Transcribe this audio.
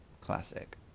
classic